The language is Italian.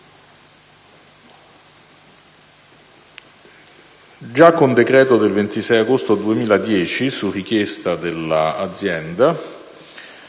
Già con decreto 26 agosto 2010, su richiesta dell'azienda,